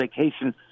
vacation